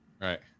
Right